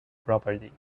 property